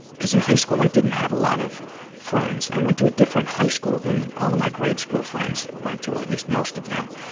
because in high school i didn't have a lot of friends. i and went to a different high school than all of my grade school friends went to, or at least most of them,